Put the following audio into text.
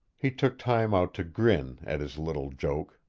he took time out to grin at his little joke,